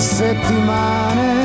settimane